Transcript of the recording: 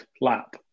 lap